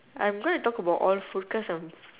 I'm gonna talk about all food cause I'm